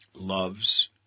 loves